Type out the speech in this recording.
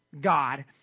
God